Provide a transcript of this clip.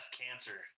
cancer